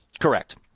Correct